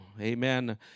Amen